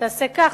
תעשה כך,